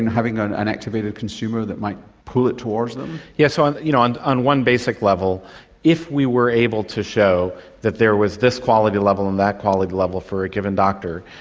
and having an an activated consumer that might pull it towards them? yes, so on you know on one basic level if we were able to show that there was this quality level and that quality level for a given doctor,